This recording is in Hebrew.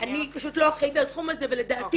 אני פשוט לא אחראית על התחום הזה אבל לדעתי